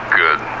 good